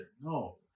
no